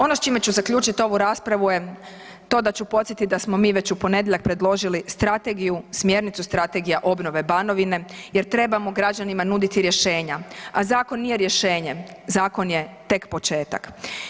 Ono s čime ću zaključit ovu raspravu je to da ću podsjetit da smo mi već u ponedjeljak predložili strategiju, smjernicu strategije obnove Banovine jer trebamo građanima nuditi rješenja, a zakon nije rješenje, zakon je tek početak.